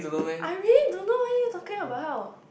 I really don't know what are you talking about